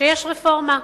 שיש רפורמה.